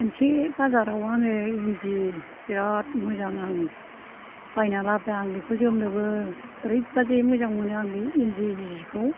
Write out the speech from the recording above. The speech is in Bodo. मोनसे बाजारआव आङो इन्दि बिराद मोजां आं बायनानै लाबोदों आं बेखौ जोमनोबो ओरैबायदि मोजां मोनो आं बे इन्दि जिखौ